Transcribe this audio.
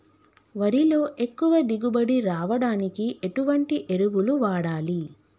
వరిలో ఎక్కువ దిగుబడి రావడానికి ఎటువంటి ఎరువులు వాడాలి?